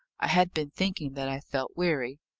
i had been thinking that i felt weary.